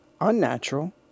unnatural